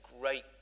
great